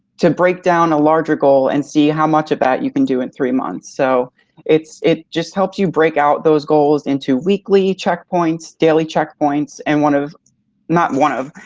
to break down a larger goal and see how much about you can do in three months. so it just helps you break out those goals into weekly checkpoints, daily checkpoints, and one of not one of.